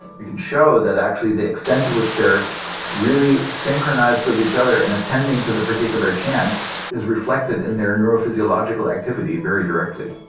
we can show that actually the extent to which they're really synchronized with each other and attending to the particular chant is reflected in their neurophysiological activity very directly